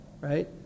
right